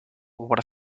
what